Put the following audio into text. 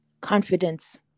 Confidence